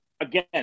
Again